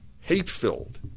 hate-filled